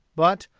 but,